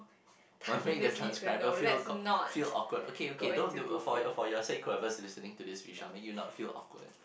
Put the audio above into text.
must make the transcriber feel k~ feel awkward okay okay don't do it for your for your sake whoever is listening to this we shall make you not feel awkward